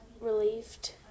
relieved